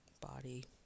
body